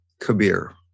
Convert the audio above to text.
Kabir